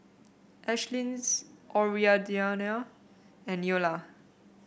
Ashlyn's Audriana and Neola